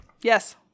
Yes